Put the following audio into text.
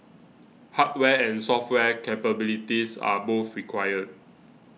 hardware and software capabilities are both required